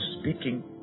speaking